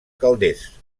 calders